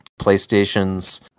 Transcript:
PlayStation's